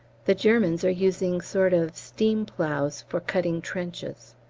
the germans are using sort of steam-ploughs for cutting trenches.